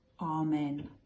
amen